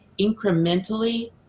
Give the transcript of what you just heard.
incrementally